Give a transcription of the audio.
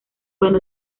cuando